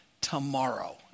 tomorrow